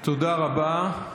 תודה רבה.